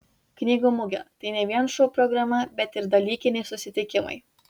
knygų mugė tai ne vien šou programa bet ir dalykiniai susitikimai